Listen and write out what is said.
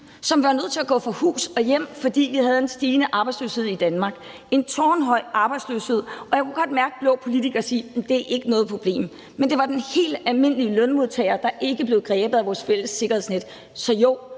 de var nødt til at gå fra hus og hjem, fordi vi havde en stigende arbejdsløshed i Danmark. Der var en tårnhøj arbejdsløshed, og jeg kunne godt mærke de blå politikere sige, at det ikke er noget problem. Men det var den helt almindelige lønmodtager, der ikke blev grebet af vores fælles sikkerhedsnet. Så jo,